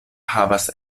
havas